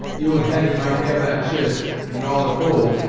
you and hetty might have that chist and all it holds,